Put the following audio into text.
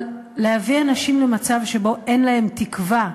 אבל להביא אנשים למצב שבו אין להם תקווה,